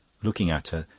looking at her,